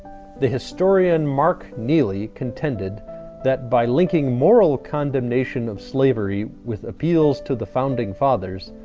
the historian mark neely contended that by linking moral condemnation of slavery with appeals to the founding fathe rs,